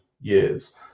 years